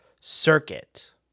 circuit